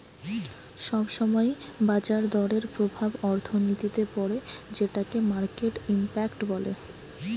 সব সময় বাজার দরের প্রভাব অর্থনীতিতে পড়ে যেটোকে মার্কেট ইমপ্যাক্ট বলে